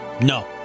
no